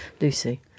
Lucy